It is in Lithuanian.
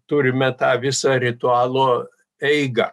turime tą visą ritualo eigą